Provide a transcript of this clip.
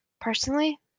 Personally